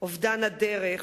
אובדן הדרך,